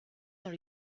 dans